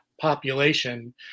population